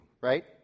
right